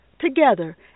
Together